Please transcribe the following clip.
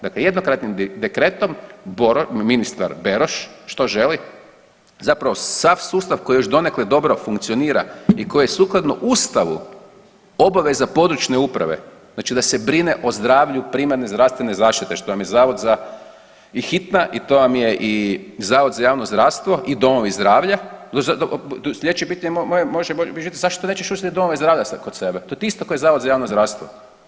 Dakle, jednokratnim dekretom ministar Beroš što želi, zapravo sav sustav koji još donekle dobro funkcionira i koji je sukladno Ustavu obaveza područne uprave, znači da se brine o zdravlju primarne zdravstvene zaštite što vam je zavod za i hitna i to vam je i zavod za javno zdravstvo i domovi zdravlja, slijedeće pitanje je moje zašto nećeš uzeti domove zdravlje kod sebe to ti je isto kao i zavod za javno zdravstvo.